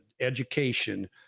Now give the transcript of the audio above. education